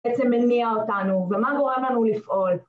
בעצם מניע אותנו, ומה גורם לנו לפעול